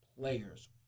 players